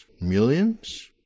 Millions